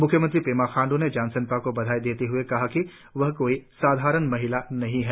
म्ख्यमंत्री पेमा खांडू ने जमसेंपा को बधाई देते हए कहा कि वह कोई साधारण महिला नहीं है